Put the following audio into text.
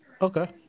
Okay